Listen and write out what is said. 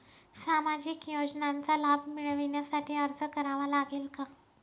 सामाजिक योजनांचा लाभ मिळविण्यासाठी अर्ज करावा लागेल का?